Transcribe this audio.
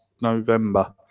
November